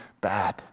bad